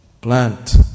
Plant